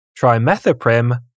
Trimethoprim